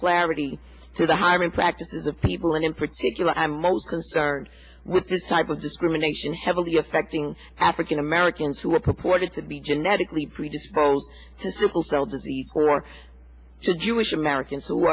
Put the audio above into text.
clarity to the hiring practices of people and in particular i'm most concerned with this type of discrimination heavily affecting african americans who are purported to be genetically predisposed to sickle cell disease or to jewish americans who